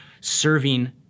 serving